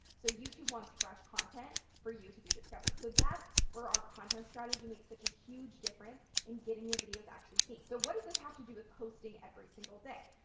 so youtube wants fresh content for you to be discovered. so that's where our content strategy makes such a huge difference in getting your videos actually seen. so what does this have to do with posting every single day?